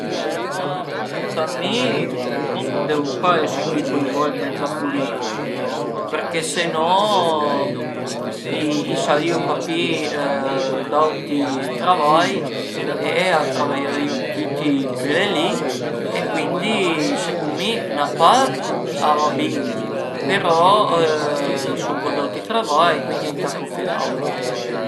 Ma për mi no a devu pas esi cuinvolti tüti ën la pulitica përché se no i sarìu pa pi d'auti travai e a travaierìu tüti bele li e cuindi secund mi 'na part a va bin però a i sun co d'auti travai, cuindi ëntà co fe d'aut